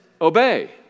obey